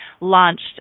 launched